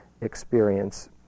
experience